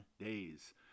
days